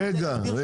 רגע,